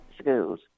schools